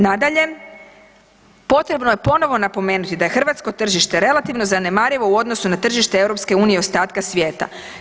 Nadalje, potrebno je ponovo napomenuti da je hrvatsko tržište relativno zanemarivo u odnosu na tržište EU i ostatka svijeta.